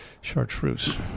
Chartreuse